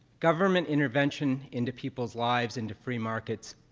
government intervention into people's lives, into free markets,